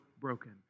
broken